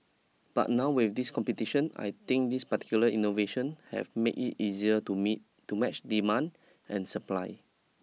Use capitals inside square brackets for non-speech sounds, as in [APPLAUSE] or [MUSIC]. but now with this competition I think this particular innovation have made it easier to [UNINTELLIGIBLE] to match demand and supply